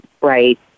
right